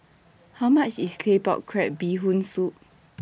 How much IS Claypot Crab Bee Hoon Soup